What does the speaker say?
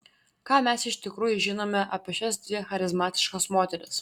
ką mes iš tikrųjų žinome apie šias dvi charizmatiškas moteris